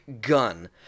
gun